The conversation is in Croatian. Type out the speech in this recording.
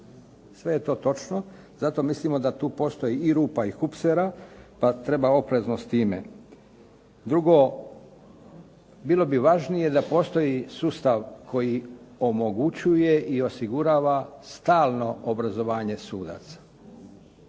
Sve je to točno. Zato mislimo da tu postoji i rupa i hupsera pa treba oprezno s time. Drugo, bilo bi važnije da postoji sustav koji omogućuje i osigurava stalno obrazovanje sudaca,